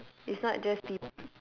it's not just peop~